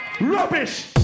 Rubbish